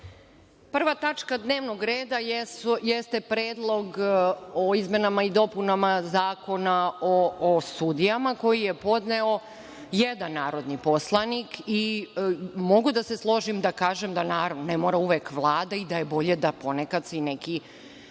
tačka dnevnog reda je – Predlog o izmenama i dopunama Zakona o sudijama koji je podneo jedan narodni poslanik i mogu da se složim, da kažem da ne mora uvek Vlada i da je bolje da ponekad se i neki